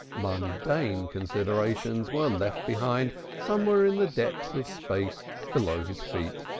mundane considerations were left behind somewhere in the depths of space below his feet.